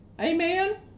Amen